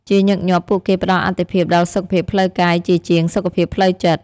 ជាញឹកញាប់ ពួកគេផ្តល់អាទិភាពដល់សុខភាពផ្លូវកាយជាជាងសុខភាពផ្លូវចិត្ត។